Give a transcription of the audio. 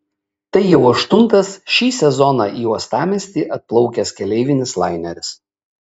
tai jau aštuntas šį sezoną į uostamiestį atplaukęs keleivinis laineris